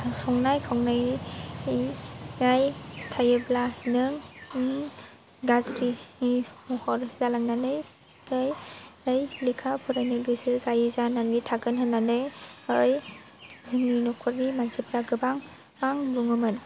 संनाय खावनायाव थाबाय थायोब्ला नों गाज्रिनि महर जालांनानै लेखा फरायनो गोसो जायि जानानै थागोन होन्नानै जोंनि न'खरनि मानसिफ्रा गोबां गोबां बुङोमोन